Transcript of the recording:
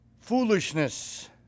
foolishness